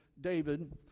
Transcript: David